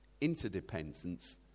Interdependence